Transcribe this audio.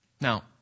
Now